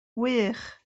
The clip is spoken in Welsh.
wych